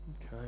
Okay